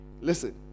Listen